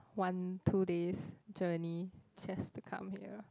one two days journey just to come here